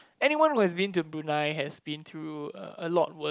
anyone who has been to Brunei has been through uh a lot worse